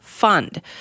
fund